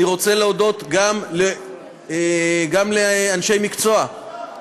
אני רוצה להודות גם לאנשי מקצוע,